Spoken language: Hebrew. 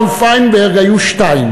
אצל אבשלום פיינברג היו שתיים: